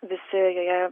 visi joje